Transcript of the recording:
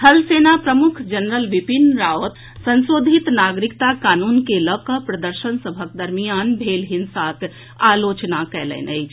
थल सेना प्रमुख जनरल बिपिन रावत संशोधित नागरिकता कानून के लऽ कऽ प्रदर्शन सभक दरमियान भेल हिंसाक आलोचना कयलनि अछि